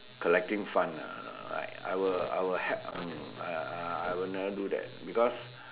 collecting fund ah like I will I will help mm I will never do that because